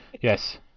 Yes